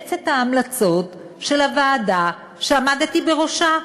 אימץ את ההמלצות של הוועדה שעמדתי בראשה,